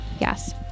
Yes